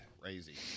Crazy